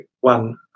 one